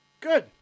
Good